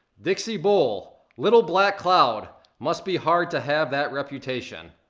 dixiebull, little black cloud, must be hard to have that reputation.